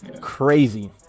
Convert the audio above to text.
crazy